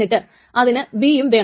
എന്നിട്ട് അതിന് B യും വേണം